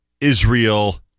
Israel